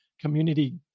community